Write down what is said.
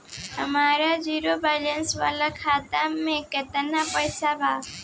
हमार zero balance वाला खाता में केतना पईसा बा?